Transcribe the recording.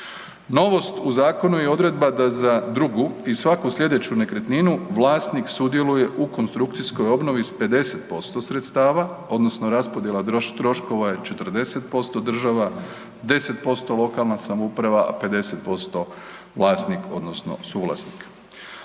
Novost u zakonu je odredba da za drugu i svaku sljedeću nekretninu vlasnik sudjeluje u konstrukcijskoj obnovi s 50% sredstava odnosno raspodjela troškova je 40% država, 10% lokalna samouprava, a 50% vlasnik odnosno suvlasnik.